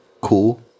cool